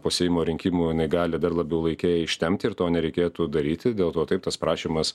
po seimo rinkimų jinai gali dar labiau laike ištempti ir to nereikėtų daryti dėl to taip tas prašymas